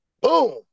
Boom